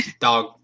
dog